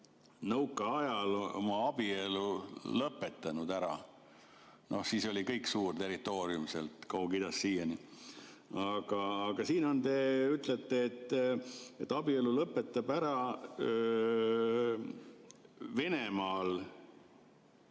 nõukaajal oma abielu lõpetanud. No siis oli kõik suur territoorium, Kaug-Idast siiani. Aga siin te ütlete, et abielu lõpetab ära Venemaal,